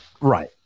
Right